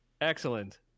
Excellent